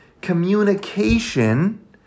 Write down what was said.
Communication